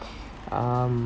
um